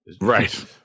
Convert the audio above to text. Right